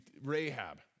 Rahab